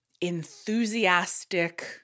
enthusiastic